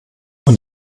und